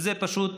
וזה פשוט